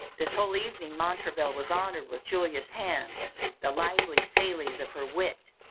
this whole evening montraville was honoured with julia's hand the lively sallies of her wit,